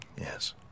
Yes